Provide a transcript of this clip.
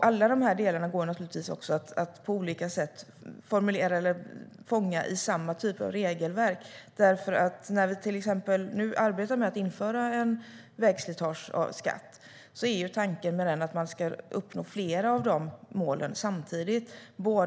Alla dessa delar går att fånga i samma typ av regelverk. När vi till exempel nu arbetar med att införa en vägslitageskatt är tanken att uppnå flera av målen samtidigt.